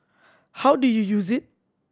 how do you use it